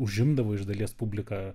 užimdavo iš dalies publiką